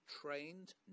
trained